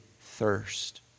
thirst